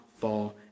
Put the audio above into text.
fall